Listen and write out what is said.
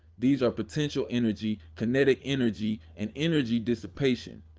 these are potential energy, kinetic energy, and energy dissipation.